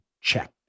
checked